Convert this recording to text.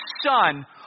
son